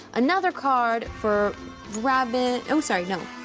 another card for robbin', oh sorry, no.